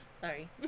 Sorry